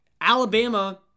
Alabama